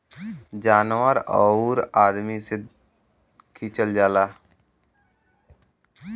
जानवर आउर अदमी दुनो से खिचल जाला